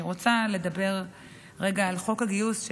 אני רוצה לדבר רגע על חוק הגיוס,